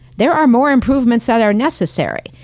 there are more improvements that are necessary,